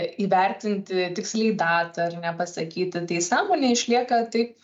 įvertinti tiksliai datą ar ne pasakyti tai sąmonė išlieka taip